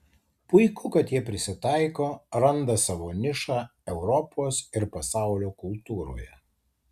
puiku kad jie prisitaiko randa savo nišą europos ir pasaulio kultūroje